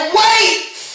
wait